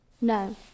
No